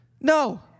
No